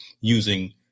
using